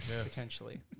potentially